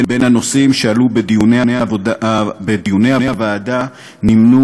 עם הנושאים שעלו בדיוני הוועדה נמנו